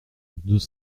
deux